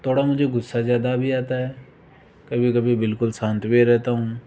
थोड़ा मुझे गुस्सा ज़्यादा भी आता है कभी कभी बिलकुल शांत भी रहता हूँ